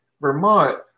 Vermont